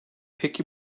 peki